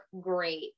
great